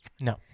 No